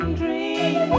dream